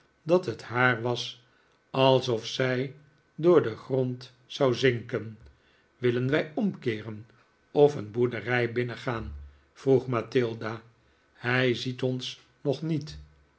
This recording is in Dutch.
dat het haar was alsof zij door den grond zou zinken willen wij omkeeren of een boerderij binnengaan vroeg mathilda hij ziet ons nog niet